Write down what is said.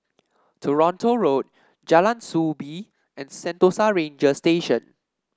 Toronto Road Jalan Soo Bee and Sentosa Ranger Station